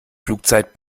flugzeit